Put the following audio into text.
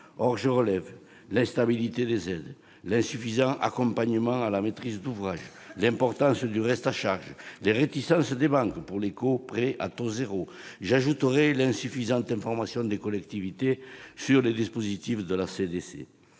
Or je relève l'instabilité des aides, l'insuffisant accompagnement à la maîtrise d'ouvrage, l'importance du reste à charge, des réticences des banques pour l'éco-prêt à taux zéro, l'insuffisante information des collectivités sur les dispositifs de la CDC.